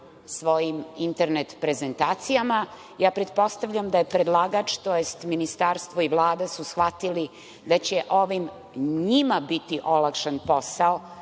svojim internet prezentacijama. Ja pretpostavljam da je predlagač, tj. ministarstvo i Vlada su shvatili da će ovim njima biti olakšan posao